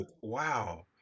wow